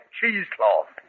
cheesecloth